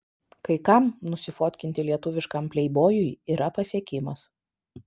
kai kam nusifotkinti lietuviškam pleibojui yra pasiekimas